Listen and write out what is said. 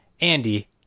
Andy